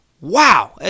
wow